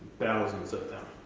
thousands of them.